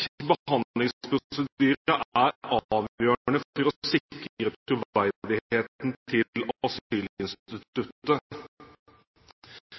behandlingsprosedyre er avgjørende for å sikre troverdigheten til